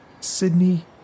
Sydney